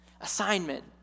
Assignment